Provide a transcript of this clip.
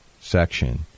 section